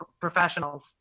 professionals